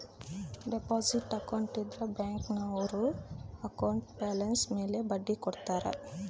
deposit account ಇದ್ರ bank ಅವ್ರು account balance ಮೇಲೆ ಬಡ್ಡಿ ಕೊಡ್ತಾರ